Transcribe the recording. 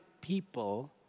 people